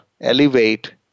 elevate